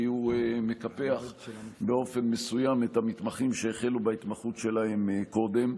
כי הוא מקפח באופן מסוים את המתמחים שהחלו בהתמחות שלהם קודם.